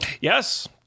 yes